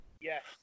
yes